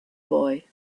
boy